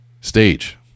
Stage